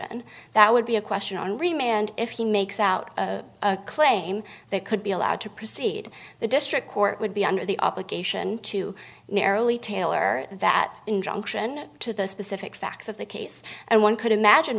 and that would be a question on remand if he makes out a claim they could be allowed to proceed the district court would be under the op occasion to narrowly tailor that injunction to the specific facts of the case and one could imagine